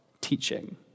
teaching